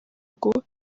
ngo